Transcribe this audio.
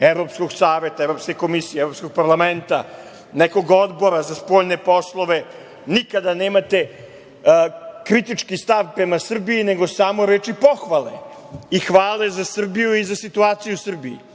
Evropskog saveta, Evropske komisije, Evropskog parlamenta, nekog odbora za spoljne poslove. Nikada nemate kritički stav prema Srbiji, nego samo reči pohvale i hvale za Srbiju i za situaciju u Srbiji,